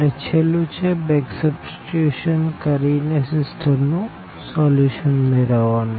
અને છેલ્લું છે બેક સબસ્ટીટ્યુશન કરી ને સીસ્ટમ નું સોલ્યુશન મેળવવાનો